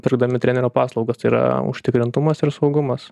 pirkdami trenerio paslaugas tai yra užtikrintumas ir saugumas